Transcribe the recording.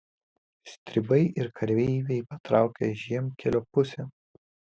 stribai ir kareiviai patraukė žiemkelio pusėn